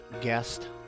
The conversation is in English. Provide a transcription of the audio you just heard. guest